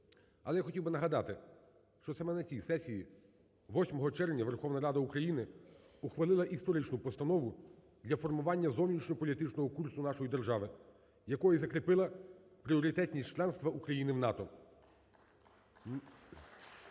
Але я хотів би нагадати, що це ми на цій сесії, 8 червня Верховна Рада України ухвалила історичну постанову для формування зовнішньополітичного курсу нашої держави, якою закріпила пріоритетність членства України в НАТО.